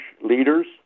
leaders